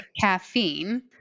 Caffeine